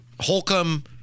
Holcomb